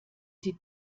sie